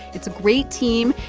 it's a great team.